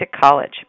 College